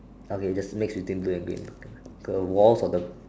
okay just a mix between blue and green go walls of the